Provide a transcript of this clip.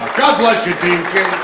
god bless you dean king.